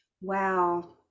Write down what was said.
Wow